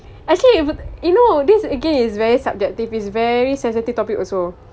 actually if you know this again is very subjective is very sensitive topic also